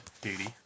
Duty